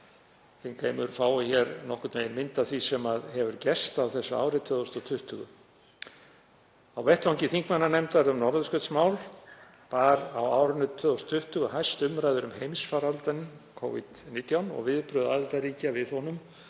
þingheimur fái nokkurn veginn mynd af því sem hefur gerst á árinu 2020. Á vettvangi þingmannanefndar um norðurskautsmál bar á árinu 2020 hæst umræður um heimsfaraldur Covid-19 og viðbrögð aðildarríkjanna við honum,